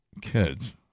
kids